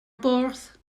bwrdd